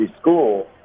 school